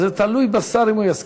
אבל זה תלוי בשר אם הוא יסכים.